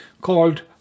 called